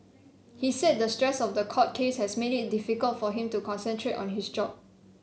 he said the stress of the court case has made it difficult for him to concentrate on his job